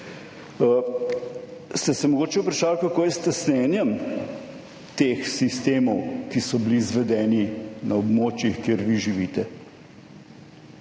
Ste se mogoče vprašali, kako je s tesnjenjem teh sistemov, ki so bili izvedeni na območjih kjer vi živite?